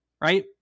right